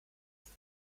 wird